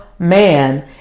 man